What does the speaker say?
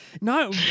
No